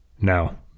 Now